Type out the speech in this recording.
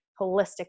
holistic